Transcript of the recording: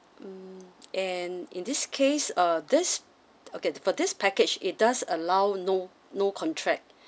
um and in this case uh this okay for this package it does allow no no contract